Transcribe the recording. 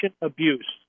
abuse